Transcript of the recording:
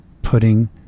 putting